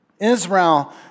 Israel